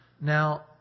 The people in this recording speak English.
Now